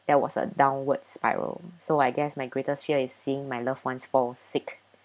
that was a downward spiral so I guess my greatest fear is seeing my loved ones fall sick